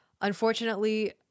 unfortunately